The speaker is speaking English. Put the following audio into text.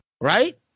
right